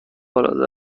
العاده